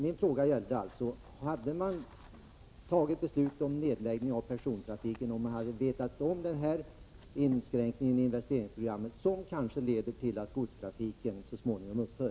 Min fråga löd alltså: Hade man tagit beslut om nedläggning av persontrafiken om man känt till den här inskränkningen i investeringsprogrammet, vilken kanske leder till att godstrafiken så småningom upphör?